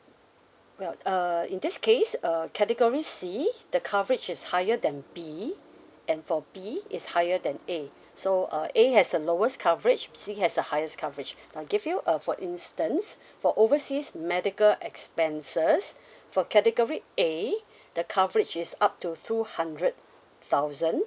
well uh in this case uh category C the coverage is higher than B and for B is higher than A so uh A has the lowest coverage C has the highest coverage I'll give you uh for instance for overseas medical expenses for category A the coverage is up to two hundred thousand